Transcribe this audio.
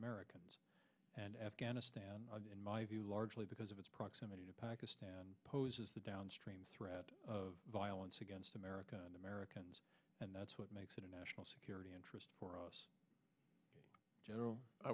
americans and afghanistan in my view largely because of its proximity to pakistan and poses the downstream threat of violence against america and americans and that's what makes it a national security interest for us general i